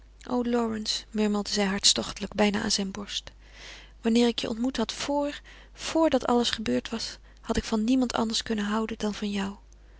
o lawrence murmelde zij hartstochtelijk bijna aan zijn borst wanneer ik je ontmoet had vor vor dat alles gebeurd was had ik van niemand anders kunnen houden dan van jou